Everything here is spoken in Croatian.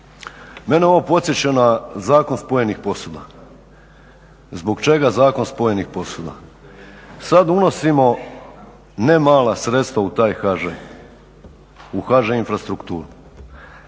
mene ovo podsjeća na zakon spojenih posuda. Zbog čega zakon spojenih posuda? Sada unosimo ne mala sredstva u taj HŽ, u HŽ infrastrukturu,